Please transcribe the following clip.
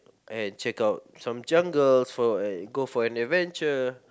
and check out some jungles for go for an adventure